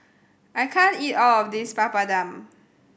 I can't eat all of this Papadum